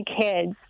kids